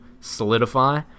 solidify